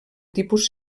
tipus